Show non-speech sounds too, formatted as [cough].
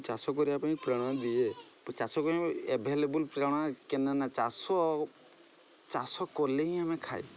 ଚାଷ କରିବା ପାଇଁ ପ୍ରେରଣା ଦିଏ ଚାଷ କରିବା ଆଭେଲେବୁଲ୍ ପ୍ରେରଣା [unintelligible] ନା ଚାଷ ଚାଷ କଲେ ହିଁ ଆମେ ଖାଉ